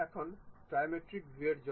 এখন ট্রাইমেট্রিক ভিউয়ের জন্য